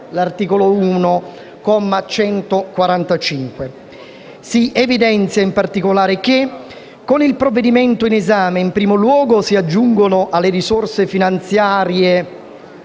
(articolo 1, comma 145). Si evidenzia in particolare che con il provvedimento in esame, in primo luogo, si aggiungono alle risorse finanziarie